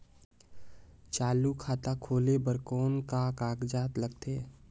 चालू खाता खोले बर कौन का कागजात लगथे?